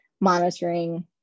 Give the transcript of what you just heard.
monitoring